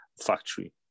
factory